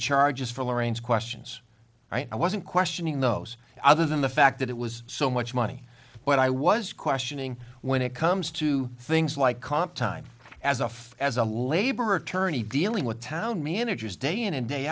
charges for lorraine's questions i wasn't questioning those other than the fact that it was so much money what i was questioning when it comes to things like comp time as a as a labor attorney dealing with town managers day in and day